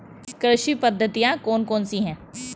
कृषि पद्धतियाँ कौन कौन सी हैं?